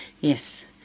Yes